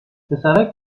پسرک